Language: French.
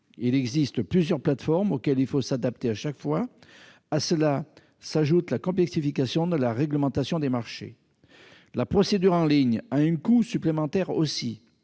il existe plusieurs plateformes auxquelles il faut s'adapter à chaque fois. Sans compter la complexification de la réglementation des marchés. La procédure en ligne a aussi un coût supplémentaire :